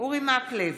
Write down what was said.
אורי מקלב,